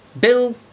Bill